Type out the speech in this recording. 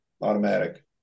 Automatic